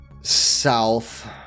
south